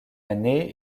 année